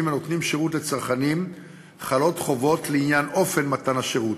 הנותנים שירות לצרכנים חלות חובות לעניין אופן מתן השירות.